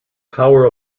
power